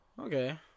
okay